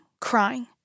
crying